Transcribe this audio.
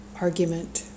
argument